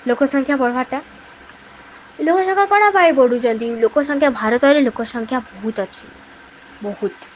ଲୋକ ସଂଖ୍ୟା ବଢ଼ବାରଟା ଲୋକ ସଂଖ୍ୟା କଣ ପାଇଁ ବଢ଼ୁଚନ୍ତି ଲୋକ ସଂଖ୍ୟା ଭାରତରେ ଲୋକ ସଂଖ୍ୟା ବହୁତ ଅଛି ବହୁତ